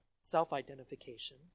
self-identification